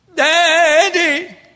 Daddy